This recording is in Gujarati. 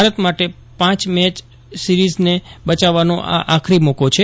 ભારત માટે પાંચ મેચ સીરીઝને બચાવવાનો આ આખરી મોકો છે